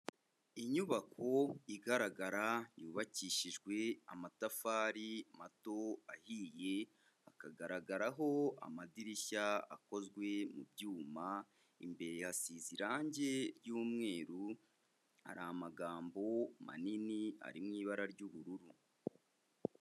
Inyubako igaragara yubakishijwe amatafari mato ahiye, hakagaragaraho amadirishya akozwe mu byuma, imbere hasize irangi ry'umweru, hari amagambo manini ari mu ibara ry'ubururu.